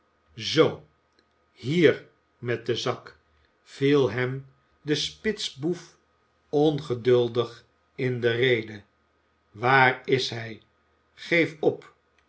zoo hier met den zak viel hem de spitsboef ongeduldig in de rede waar is hij geef op